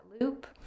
loop